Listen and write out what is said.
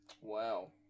Wow